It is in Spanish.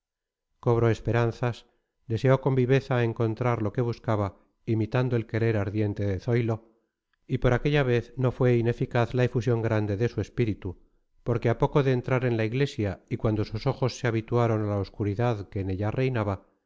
cobró esperanzas deseó con viveza encontrar lo que buscaba imitando el querer ardiente de zoilo y por aquella vez no fue ineficaz la efusión grande de su espíritu porque a poco de entrar en la iglesia y cuando sus ojos se habituaron a la obscuridad que en ella reinaba